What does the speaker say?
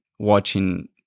watching